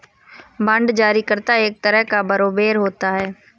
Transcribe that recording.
bond जारी करता एक तरह का बारोवेर होता है